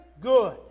Good